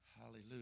hallelujah